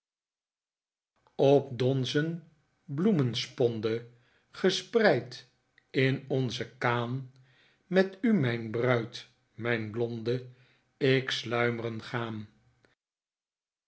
op donzen bloemensponde gespreid in onze kaan met u mijn bruid mijn blonde ik sluimren gaan